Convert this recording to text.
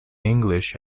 english